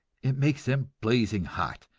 it makes them blazing hot,